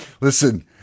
Listen